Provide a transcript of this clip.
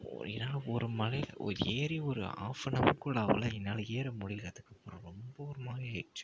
என்னால் ஒரு மலை ஏறி ஒரு ஆஃப்னவர் கூட ஆகல என்னால் ஏற முடியல அதுக்கப்பறம் ரொம்ப ஒருமாதிரி ஆயிடுச்சு